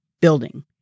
building